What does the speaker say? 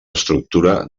estructura